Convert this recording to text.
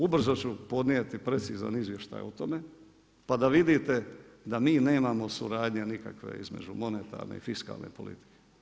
Ubrzo ću podnijeti precizan izvještaj o tome pa da vidite da mi nemamo suradnje nikakve između monetarne i fiskalne politike.